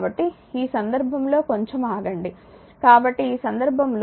కాబట్టి ఈ సందర్భంలో కొంచం ఆగండి కాబట్టి ఈ సందర్భంలో ఇది i 4 ఆంపియర్